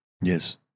Yes